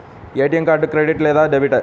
ATM card credit లేదా debit?